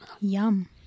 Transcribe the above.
Yum